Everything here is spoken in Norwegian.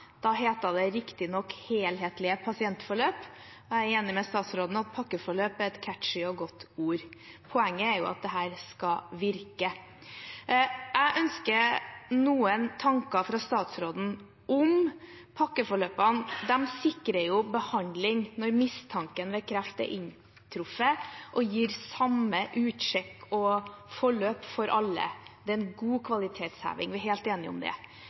Da het det riktignok helhetlige pasientforløp. Jeg er enig med statsråden i at pakkeforløp er et «catchy» og godt ord. Poenget er at det skal virke. Jeg ønsker noen tanker fra statsråden om pakkeforløpene. De sikrer behandling ved mistanke om kreft og gir samme utsjekk og forløp for alle. Det er en god kvalitetsheving – vi er helt enige om det.